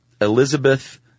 Elizabeth